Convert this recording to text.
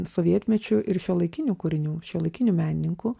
sovietmečiu ir šiuolaikinių kūrinių šiuolaikinių menininkų